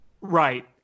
Right